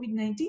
COVID-19